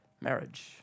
marriage